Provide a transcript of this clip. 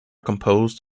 composed